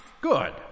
Good